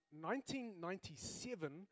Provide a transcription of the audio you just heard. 1997